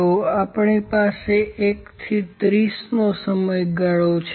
તો આપણી પાસે 1 થી 30 નો સમયગાળો છે